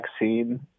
vaccine